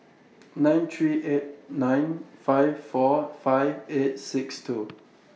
nine three eight nine five four five eight six two